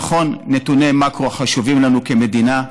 נכון, נתוני מקרו חשובים לנו כמדינה,